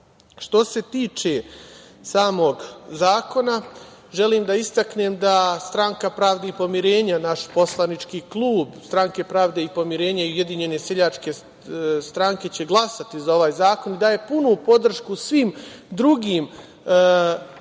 se tiče samog zakona, želim da istaknem da Stranka pravde i pomirenja, naš poslanički klub Stranke pravde i pomierenja i Ujedinjene seljačke stranke će glasati za ovaj zakon i daje punu podršku svim drugim